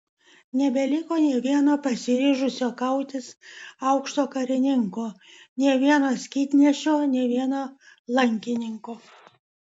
nebeliko nė vieno pasiryžusio kautis aukšto karininko nė vieno skydnešio nė vieno lankininko